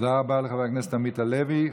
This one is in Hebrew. תודה רבה לחבר הכנסת עמית הלוי.